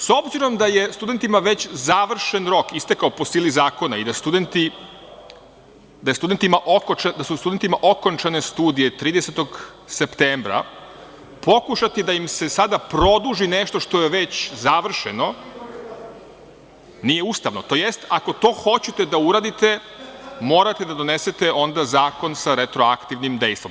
S obzirom da je studentima već završen rok, istekao po sili zakona i da su studentima okončane studije 30. septembra, pokušati da im se sada produži nešto što je već završeno, nije ustavno, tj. ako to hoćete da uradite, morate da donesete zakon sa retroaktivnim dejstvom.